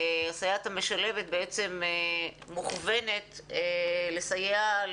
הסייעת המשלבת מוּכוונת לסייע,